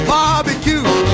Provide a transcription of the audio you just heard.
Barbecue